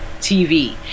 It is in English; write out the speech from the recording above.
TV